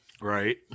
right